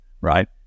right